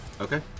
Okay